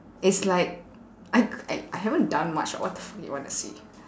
it's like I I I haven't done much what the fuck you want to see